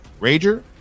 Rager